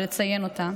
ולציין אותם,